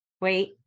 Wait